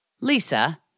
Lisa